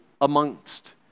amongst